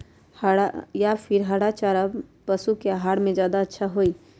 या फिर हरा चारा पशु के आहार में ज्यादा अच्छा होई?